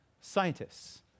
scientists